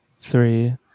three